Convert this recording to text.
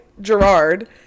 gerard